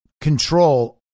control